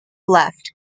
left